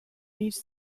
each